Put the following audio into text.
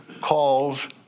calls